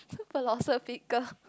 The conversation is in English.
philosophical